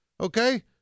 Okay